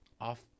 off